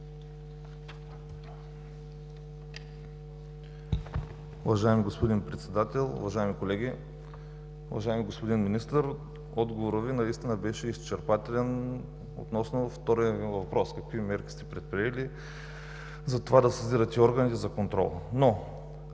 Уважаеми господин Председател, уважаеми колеги! Уважаеми господин Министър, отговорът Ви наистина беше изчерпателен относно втория ми въпрос: какви мерки сте предприели за това да сезирате органите за контрол?